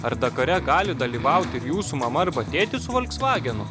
ar dakare gali dalyvauti jūsų mama arba tėtis su volksvagenu